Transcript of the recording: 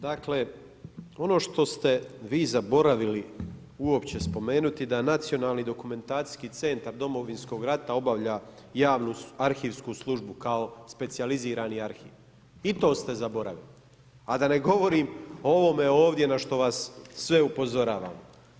Dakle ono što ste vi zaboravili uopće spomenuti, da nacionalni dokumentacijski centar Domovinskog rata obavlja javnu arhivsku službu kao specijalizirani arhiv, i to ste zaboravili, a da ne govorim o ovome ovdje na što vas sve upozoravam.